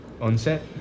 onset